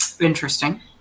Interesting